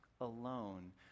alone